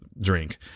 drink